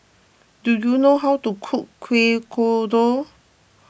do you know how to cook Kuih Kodok